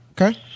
Okay